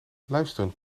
luisteren